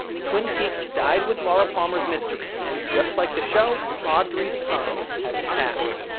twin peaks died with laura palmer's mystery and, just like the show, audrey's time has passed.